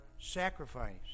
sacrifice